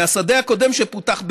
מהשדה הקודם שפותח,